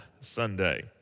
Sunday